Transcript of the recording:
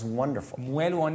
wonderful